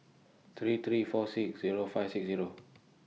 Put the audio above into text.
three three four six Zero five six Zero